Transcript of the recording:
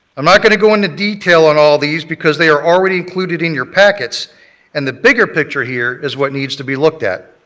i'm not going to go into detail in all these because they are already included in your packets and the bigger picture here is what needs to be looked at.